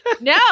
No